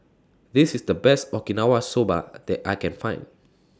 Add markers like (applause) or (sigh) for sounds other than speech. This IS The Best Okinawa Soba (hesitation) that I Can Find